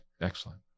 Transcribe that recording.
excellent